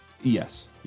Yes